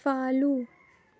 follow